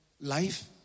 life